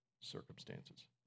circumstances